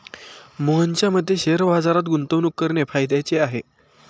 मोहनच्या मते शेअर बाजारात गुंतवणूक करणे फायद्याचे आहे